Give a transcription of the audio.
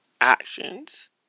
actions